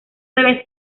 debe